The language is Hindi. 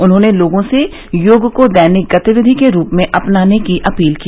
उन्होंने लोगों से योग को दैनिक गतिविधि के रूप में अपनाने की अपील की